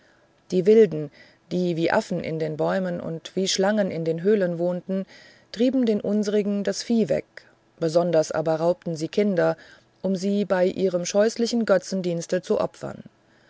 die wilden die wie affen in den bäumen und wie schlangen in den höhlen wohnten trieben den unsrigen das vieh weg besonders aber raubten sie kinder um sie bei ihrem scheußlichen götzendienste zu opfern